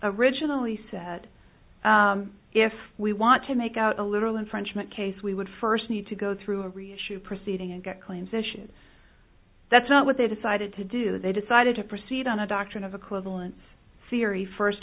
originally said if we want to make out a literal infringement case we would first need to go through a reissue proceeding and get claims issued that's not what they decided to do they decided to proceed on a doctrine of equivalence theory first